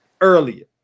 earlier